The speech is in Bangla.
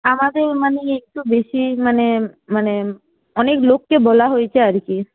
আমাদের মানে একটু বেশী মানে মানে অনেক লোককে বলা হয়েছে আর কি